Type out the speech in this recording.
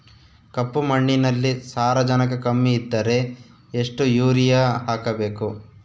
ಕಪ್ಪು ಮಣ್ಣಿನಲ್ಲಿ ಸಾರಜನಕ ಕಮ್ಮಿ ಇದ್ದರೆ ಎಷ್ಟು ಯೂರಿಯಾ ಹಾಕಬೇಕು?